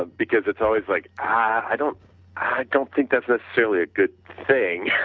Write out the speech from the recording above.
ah because it's always like i don't i don't think that's necessarily a good thing,